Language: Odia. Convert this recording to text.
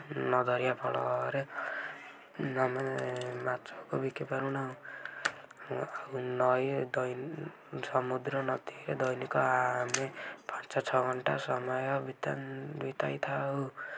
ନ ଧରିବା ଫଳରେ ଆମେ ମାଛକୁ ବିକି ପାରୁନାହୁଁ ନଈ ସମୁଦ୍ର ନଦୀରେ ଦୈନିକ ଆମେ ପାଞ୍ଚ ଛଅ ଘଣ୍ଟା ସମୟ ବିତାଇଥାଉ